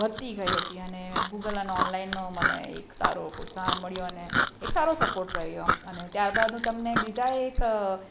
વધતી ગઈ હતી અને ગૂગલ અને ઓનલાઈન મને એક સારો પ્રોત્સાહન મળ્યો અને એક સારો સપોર્ટ રહ્યો આમ અને ત્યાર બાદ હું તમને બીજા એક